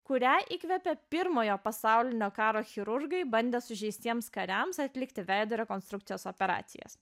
kurią įkvepia pirmojo pasaulinio karo chirurgai bandė sužeistiems kariams atlikti veido rekonstrukcijos operacijas